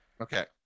Okay